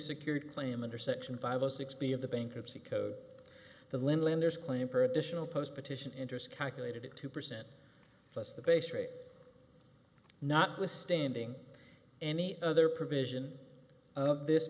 secured claim under section five zero six b of the bankruptcy code the lenders claim for additional post petition interest calculated at two percent less the base rate notwithstanding any other provision of this